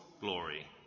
glory